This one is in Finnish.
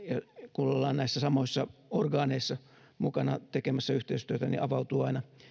kun ollaan näissä samoissa orgaaneissa mukana tekemässä yhteistyötä niin avautuu aina